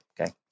okay